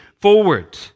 forward